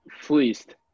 Fleeced